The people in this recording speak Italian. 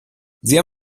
zia